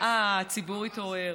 אה, הציבור התעורר.